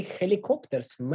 helicopters